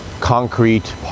concrete